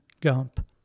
Gump